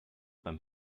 beim